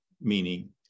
meaning